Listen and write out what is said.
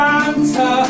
Santa